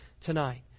tonight